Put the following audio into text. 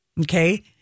Okay